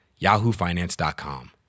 yahoofinance.com